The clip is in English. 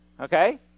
Okay